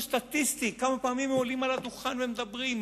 אפילו סטטיסטית: כמה פעמים עולים לדוכן ומדברים,